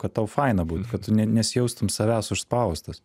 kad tau faina būt kad tu nesijaustum savęs užspaustas